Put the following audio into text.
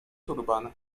turban